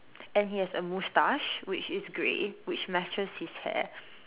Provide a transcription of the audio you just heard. and he has a mustache which is grey which matches his hair